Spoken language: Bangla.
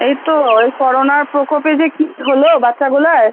এই তো এই করোনার প্রোকপে যে কি হলো বাচ্ছাগুলার